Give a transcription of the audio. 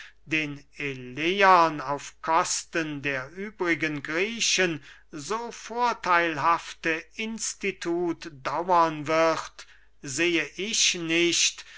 den eleern auf kosten der übrigen griechen so vortheilhafte institut dauern wird sehe ich nicht